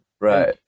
right